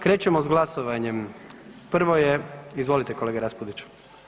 Krećemo s glasovanjem, prvo je, izvolite kolega Raspudić.